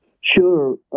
Sure